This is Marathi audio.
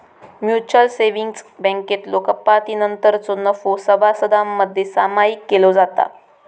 म्युचल सेव्हिंग्ज बँकेतलो कपातीनंतरचो नफो सभासदांमध्ये सामायिक केलो जाता